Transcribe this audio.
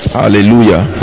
hallelujah